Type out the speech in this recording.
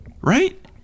right